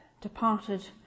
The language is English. departed